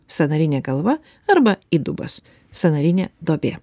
sąnarinė galva arba įdubas sąnarinė duobė